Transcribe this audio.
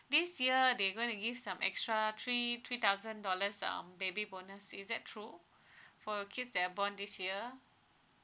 this year they going to give some extra three three thousand dollars um baby bonus is that true for you kids that are born this year